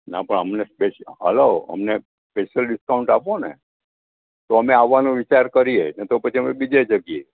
ના પણ અમને હલાઓ અમને પેશીયલ ડિસ્કાઉન્ટ આપોને તો અમે આવવાનો વિચાર કરીએ નહીં તો પછી અમે બીજે જઈએ